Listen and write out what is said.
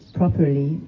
properly